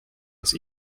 its